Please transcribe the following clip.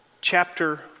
chapter